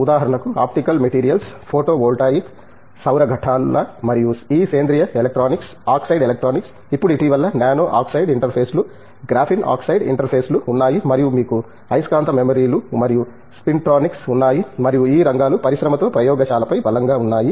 ఉదాహరణకు optical materials photovoltaic సౌర ఘటాల మరియు ఈ సేంద్రియ ఎలక్ట్రానిక్స్ ఆక్సైడ్ ఎలక్ట్రానిక్స్ ఇప్పుడు ఇటీవల నానో ఆక్సైడ్ ఇంటర్ఫేస్లు గ్రాఫీన్ ఆక్సైడ్ ఇంటర్ఫేస్లు ఉన్నాయి మరియు మీకు అయస్కాంత మెమొరీలు మరియు స్పింట్రోనిక్స్ ఉన్నాయి మరియు ఈ రంగాలు పరిశ్రమతో ప్రయోగశాలపై బలంగా ఉన్నాయి